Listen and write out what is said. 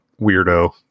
weirdo